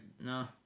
No